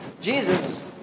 Jesus